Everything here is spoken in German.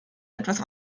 etwas